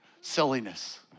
silliness